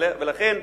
לכן,